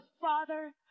father